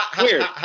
weird